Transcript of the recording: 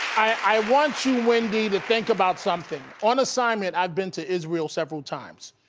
i want you, wendy, to think about something. on assignment, i've been to israel several times.